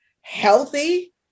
healthy